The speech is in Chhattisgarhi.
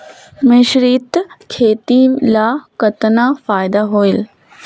मिश्रीत खेती ल कतना फायदा होयल?